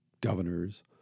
governors